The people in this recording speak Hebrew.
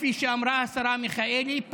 כפי שאמרה השרה מיכאלי,